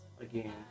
again